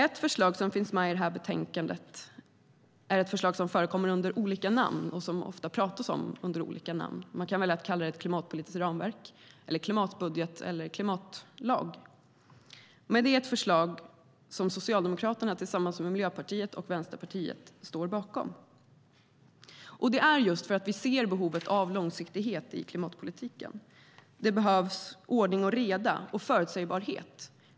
Ett förslag som finns med i betänkandet är ett förslag som förekommer under olika namn och som det ofta pratas om under olika namn. Man kan välja att kalla det ett klimatpolitiskt ramverk, en klimatbudget eller en klimatlag. Det är ett förslag Socialdemokraterna tillsammans med Miljöpartiet och Vänsterpartiet står bakom. Det gör vi just för att vi ser behovet av långsiktighet i klimatpolitiken. Det behövs ordning och reda och förutsägbarhet.